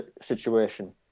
situation